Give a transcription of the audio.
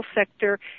sector